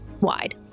wide